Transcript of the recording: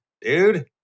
dude